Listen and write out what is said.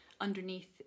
underneath